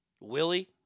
Willie